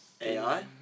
AI